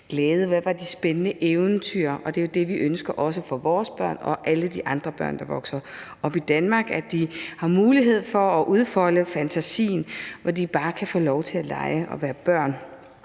der for os var de spændende eventyr. Det er jo også det, vi ønsker for vores børn og alle de andre børn, der vokser op i Danmark, altså at de har mulighed for at udfolde deres fantasi og bare kan få lov til at lege og være børn.